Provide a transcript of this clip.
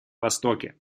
востоке